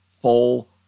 full